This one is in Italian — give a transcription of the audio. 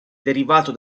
derivato